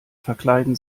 verkleiden